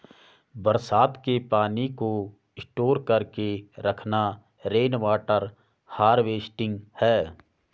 बरसात के पानी को स्टोर करके रखना रेनवॉटर हारवेस्टिंग है